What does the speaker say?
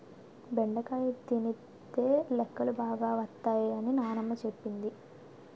బెండకాయ తినితే లెక్కలు బాగా వత్తై అని నానమ్మ సెప్పింది